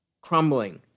crumbling